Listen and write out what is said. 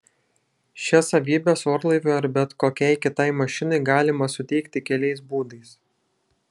šias savybes orlaiviui ar bet kokiai kitai mašinai galima suteikti keliais būdais